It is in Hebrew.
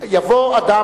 יבוא אדם